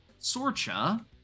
Sorcha